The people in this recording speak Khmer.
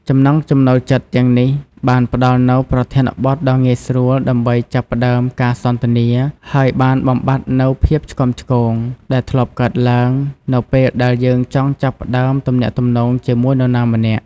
ចំណង់ចំណូលចិត្តទាំងនេះបានផ្តល់នូវប្រធានបទដ៏ងាយស្រួលដើម្បីចាប់ផ្តើមការសន្ទនា ហើយបានបំបាត់នូវភាពឆ្គាំឆ្គងដែលធ្លាប់កើតឡើងនៅពេលដែលយើងចង់ចាប់ផ្តើមទំនាក់ទំនងជាមួយនរណាម្នាក់។